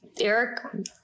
Eric